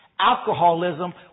alcoholism